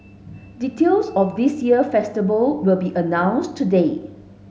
details of this year festival will be announced today